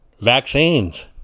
vaccines